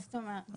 מה זאת אומרת?